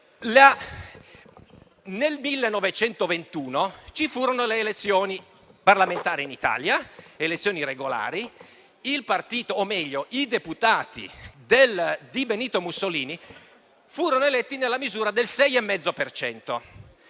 nel 1921 ci furono le elezioni parlamentari in Italia e furono elezioni regolari; i deputati di Benito Mussolini furono eletti nella misura del 6,5